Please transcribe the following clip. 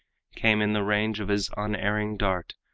came in the range of his unerring dart,